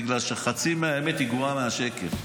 בגלל שחצי מהאמת גרועה מהשקר.